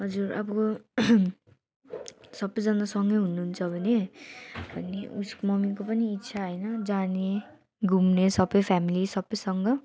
हजुर अब सबैजना सँगै हुनुहुन्छ भने अनि उस मम्मीको पनि इच्छा होइन जाने घुम्ने सबै फेमेली सबैसँग